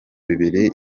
bibiri